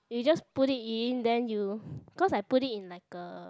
you just put it then you because I put it in like a